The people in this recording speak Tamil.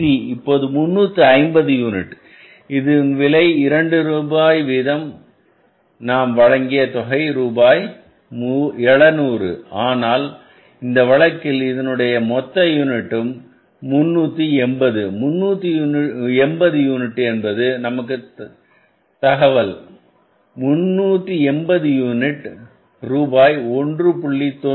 பொருள் C தற்போது 350 யூனிட்டுகள் இது விலை இரண்டு விதம் நாம் வழங்கிய தொகை ரூபாய் 700 ஆனால் இந்த வழக்கில் இதனுடைய மொத்த யூனிட்டும் 380 380 யூனிட்டுகள் என்பது நமக்கு தகவல் 380 யூனிட்டில் ரூபாய்1